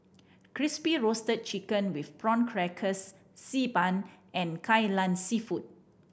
Crispy Roasted Chicken with Prawn Crackers Xi Ban and Kai Lan Seafood